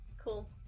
cool